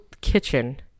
kitchen